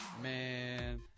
man